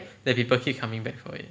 then people keep coming back for it